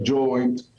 הג'וינט,